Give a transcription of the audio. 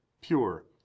pure